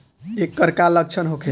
ऐकर का लक्षण होखे?